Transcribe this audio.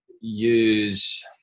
use